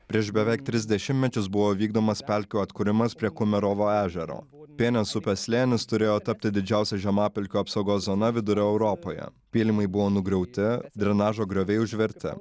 prieš beveik tris dešimtmečius buvo vykdomas pelkių atkuriamas prie kumerovo ežero buvo apėmęs upės slėnis turėjo tapti didžiausia žemapelkių apsaugos zona vidurio europoje pylimai buvo nugriauti drenažo grioviai užverti